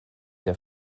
der